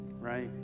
right